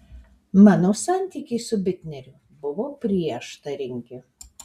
mano santykiai su bitneriu buvo prieštaringi